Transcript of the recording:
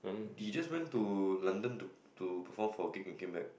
you just went to London to to perform a gig and came back